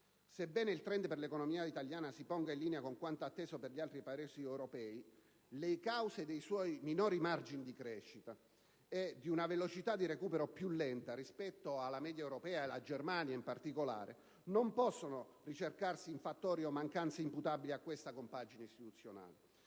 Sebbene il *trend* per l'economia italiana si ponga in linea con quanto atteso per gli altri Paesi europei, le cause dei suoi minori margini di crescita e di una velocità di recupero più lenta, rispetto alla media europea ed alla Germania in particolare, non possono ricercarsi in fattori o mancanze imputabili a questa compagine istituzionale,